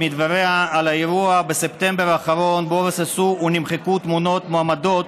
מדבריה על האירוע בספטמבר האחרון שבו רוססו ונמחקו תמונות של מועמדות